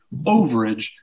overage